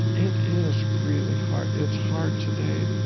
it is really hard. it's hard today.